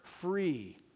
free